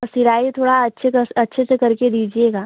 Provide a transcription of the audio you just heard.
सिलाई थोड़ा अच्छे से अच्छे से करके दीजिएगा